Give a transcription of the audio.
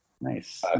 Nice